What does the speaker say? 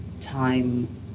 time